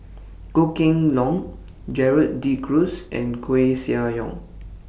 Goh Kheng Long Gerald De Cruz and Koeh Sia Yong